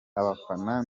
abafana